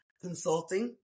consulting